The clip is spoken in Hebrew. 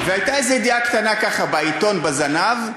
והייתה איזו ידיעה קטנה, ככה, בעיתון, בזנב,